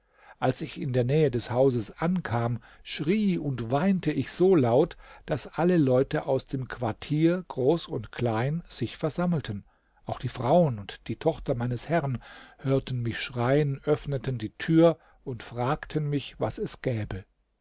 als ich in der nähe des hauses ankam schrie und weinte ich so laut daß alle leute aus dem quartier groß und klein sich versammelten auch die frauen und die tochter meines herrn hörten mich schreien öffneten die tür und fragten mich was es gäbe